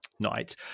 night